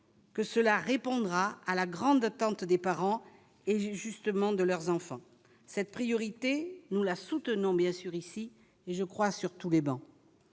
que cela répondra à la grande attente des parents et, justement, de leurs enfants, cette priorité, nous la soutenons bien sûr ici et je crois sur tous les bancs,